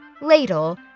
Ladle